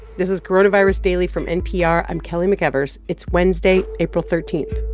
this is coronavirus daily from npr. i'm kelly mcevers. it's wednesday, april thirteen